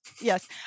yes